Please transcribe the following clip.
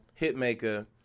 Hitmaker